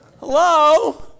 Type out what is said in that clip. Hello